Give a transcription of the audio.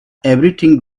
everything